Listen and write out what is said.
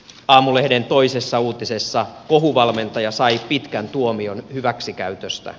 aamulehden toisessa uutisessa kohuvalmentaja sai pitkän tuomion hyväksikäytöstä